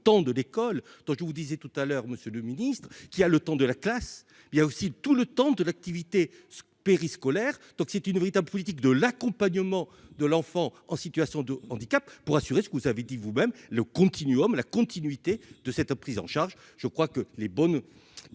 de l'école, donc je vous disais tout à l'heure monsieur le Ministre, qui a le temps de la classe, il y a aussi tout le temps de l'activité périscolaire, donc c'est une véritable politique de l'accompagnement de l'enfant en situation de handicap pour assurer ce que vous avez dit vous-même le continuum la continuité de cette prise en charge, je crois que les bonnes